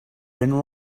been